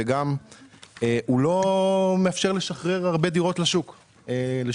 וגם הוא לא מאפשר לשחרר הרבה דירות לשוק הדיור.